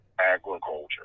agriculture